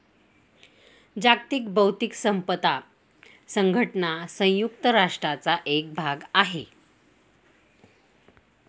जागतिक बौद्धिक संपदा संघटना संयुक्त राष्ट्रांचा एक भाग आहे